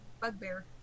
bugbear